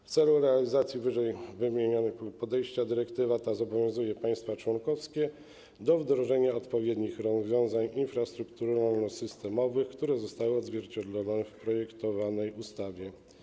W celu realizacji wymienionego podejścia dyrektywa ta zobowiązuje państwa członkowskie do wdrożenia odpowiednich rozwiązań infrastrukturalno-systemowych, które zostały odzwierciedlone w projektowanej ustawie.